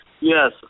Yes